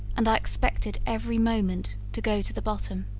and i expected every moment to go to the bottom